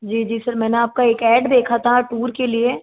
जी जी सर मैंने आपका एक ऐड देखा था टूर के लिए